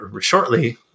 shortly